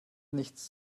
nichts